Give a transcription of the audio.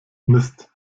mist